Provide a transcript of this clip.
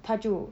他就